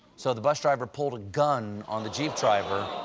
so the bus driver pulled a gun on the jeep driver,